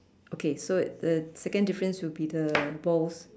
okay so the second difference will be the balls